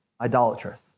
idolatrous